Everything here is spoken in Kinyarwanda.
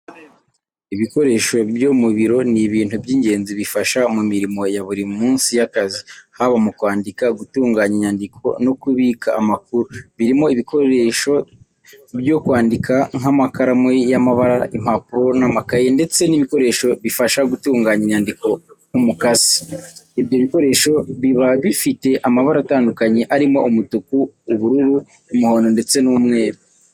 Ibikoresho byo mu biro ni ibintu by’ingenzi bifasha mu mirimo ya buri munsi y’akazi, haba mu kwandika, gutunganya inyandiko, no kubika amakuru. Birimo ibikoresho byo kwandika nk'amakaramu y'amabara, impapuro n’amakaye, ndetse n’ibikoresho bifasha gutunganya inyandiko nk’umukasi. Ibyo bikoresho biba bifite amabara atandukanye arimo: umutuku, ubururu, umuhondo, ndetse n'umweru.